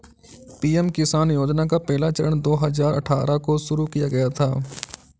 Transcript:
PM Kisan योजना का पहला चरण दो हज़ार अठ्ठारह को शुरू किया गया था